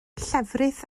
llefrith